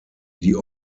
die